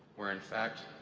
where, in fact,